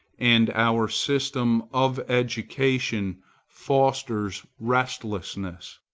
and our system of education fosters restlessness.